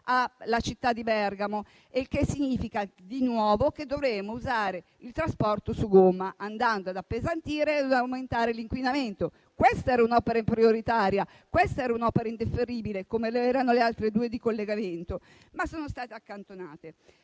alla città di Bergamo: il che significa di nuovo che dovremo usare il trasporto su gomma, andando ad appesantire ed aumentare l'inquinamento. Questa era un'opera prioritaria e indifferibile, come lo erano le altre due di collegamento, ma sono state accantonate.